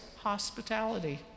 hospitality